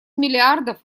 миллиардов